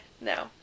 No